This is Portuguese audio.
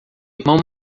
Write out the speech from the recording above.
irmão